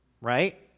Right